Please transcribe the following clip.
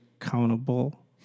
accountable